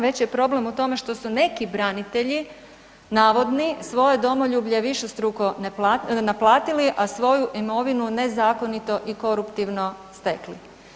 Već je problem u tome što su neki branitelji navodni svoje domoljublje višestruko naplatili, a svoju imovinu nezakonito i koruptivno stekli.